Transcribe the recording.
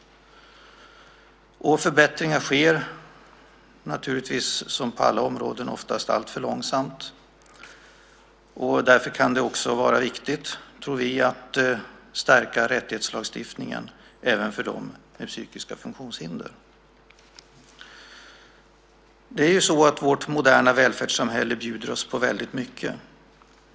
Förbättringar sker, som på alla andra områden, oftast alltför långsamt. Därför kan det vara viktigt, tror vi, att stärka rättighetslagstiftningen även för dem med psykiska funktionshinder. Vårt moderna välfärdssamhälle bjuder oss på väldigt mycket.